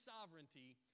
sovereignty